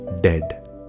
dead